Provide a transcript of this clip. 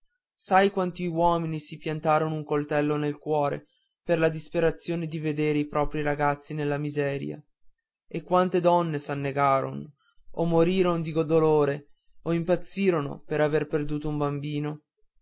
sai quanti uomini si piantarono un coltello nel cuore per la disperazione di vedere i propri ragazzi nella miseria e quante donne s'annegarono o moriron di dolore o impazzirono per aver perduto un bambino